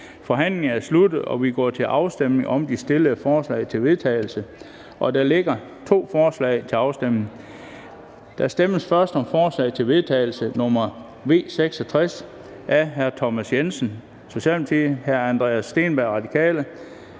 Forhandlingen er sluttet, og vi går til afstemning om de stillede forslag til vedtagelse. Der foreligger to forslag. Der stemmes først om forslag til vedtagelse nr. V 66 af Thomas Jensen (S), Andreas Steenberg (RV),